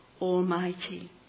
Almighty